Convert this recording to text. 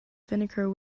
vinegar